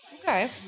Okay